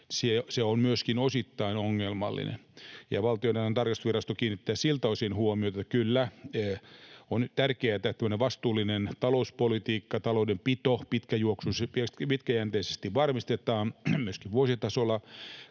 on myöskin osittain ongelmallinen. Valtiontalouden tarkastusvirasto kiinnittää siltä osin huomiota, että kyllä, on nyt tärkeätä, että tämmöinen vastuullinen talouspolitiikka, taloudenpito varmistetaan pitkäjänteisesti, myöskin vuositasolla